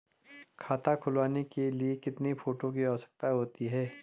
खाता खुलवाने के लिए कितने फोटो की आवश्यकता होती है?